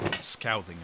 scowling